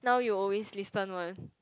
now you always listen one